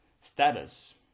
status